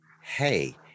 hey